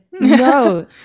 no